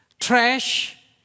trash